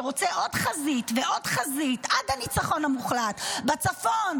שרוצה עוד חזית ועוד חזית עד הניצחון המוחלט בצפון,